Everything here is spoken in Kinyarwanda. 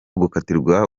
gukatirwa